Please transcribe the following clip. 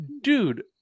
dude